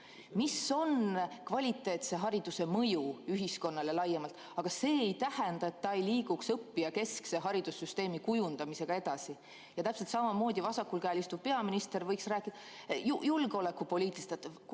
mis on kvaliteetse hariduse mõju ühiskonnale laiemalt. Aga see ei tähenda, et ta ei liiguks õppijakeskse haridussüsteemi kujundamisega edasi. Ja täpselt samamoodi teie vasakul käel istuv peaminister võiks rääkida julgeolekupoliitika